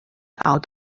out